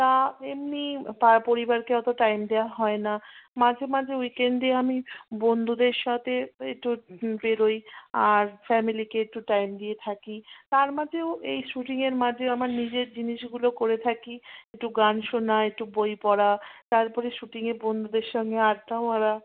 তা এমনি তার পরিবারকে অতো টাইম দেওয়া হয় না মাঝে মাঝে উইকেন্ডে আমি বন্ধুদের সাথে ওই একটু বেরোই আর ফ্যামিলিকে একটু টাইম দিয়ে থাকি তার মাঝেও এই শুটিংয়ের মাঝে আমার নিজের জিনিসগুলো করে থাকি একটু গান শোনা একটু বই পড়া তারপরে শুটিংয়ে বন্ধুদের সঙ্গে আড্ডা মারা